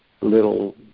little